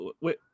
Wait